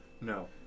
No